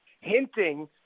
hinting